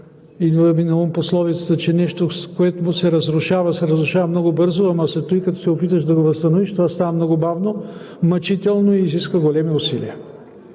Идва ми наум пословицата, че нещо, което се разрушава, се разрушава много бързо, но след това като се опиташ да го възстановиш, това става много бавно, мъчително и изисква големи усилия.